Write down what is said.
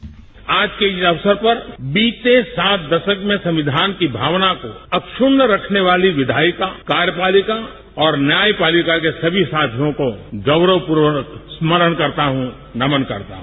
bite PM आज के इस अवसर पर बीते सात दशक में संविधान की भावना को अक्षुण्य रखने वाली विधायिका कार्यपालिका और न्यायपालिका के सभी साथियों को गौरवपूर्वक स्मरण करता हूं नमन करता हूं